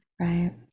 right